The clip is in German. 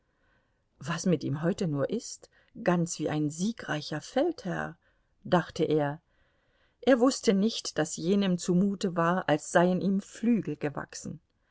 was mit ihm heute nur ist ganz wie ein siegreicher feldherr dachte er er wußte nicht daß jenem zumute war als seien ihm flügel gewachsen